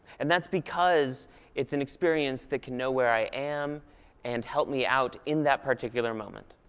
and that's because it's an experience that can know where i am and help me out in that particular moment.